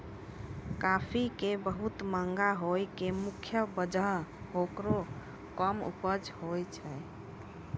काफी के बहुत महंगा होय के मुख्य वजह हेकरो कम उपज होय छै